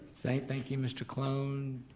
thank thank you mr. cologne.